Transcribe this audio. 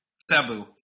Sabu